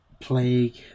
plague